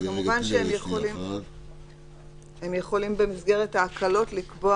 כמובן שהם יכולים במסגרת ההקלות לקבוע